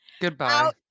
Goodbye